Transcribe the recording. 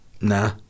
nah